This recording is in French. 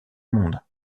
monde